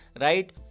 right